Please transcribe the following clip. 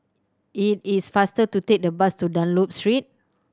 it is faster to take the bus to Dunlop Street